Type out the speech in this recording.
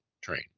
train